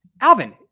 Alvin